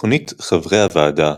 תוכנית חברי הוועדה,